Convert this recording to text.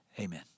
amen